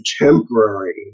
contemporary